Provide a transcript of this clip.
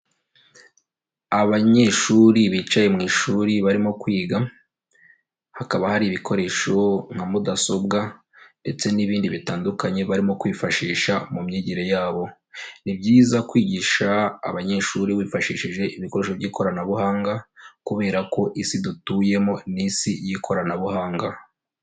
Abanyeshuri bicaye mu ishuri barimo kwiga, hakaba hari ibikoresho nka mudasobwa ndetse n'ibindi bitandukanye barimo kwifashisha mu myigire yabo. Ni byiza kwigisha abanyeshuri wifashishije ibikoresho by'ikoranabuhanga kubera ko Isi dutuyemo ni Isi y'ikoranabuhanga.